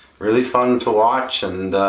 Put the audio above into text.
really fun to watch and